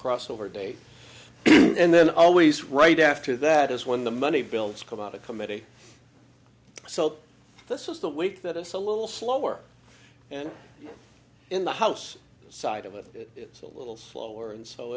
crossover date and then always right after that is when the money builds come out of committee so this is the week that it's a little slower and in the house side of it it's a little slower and so